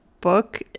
book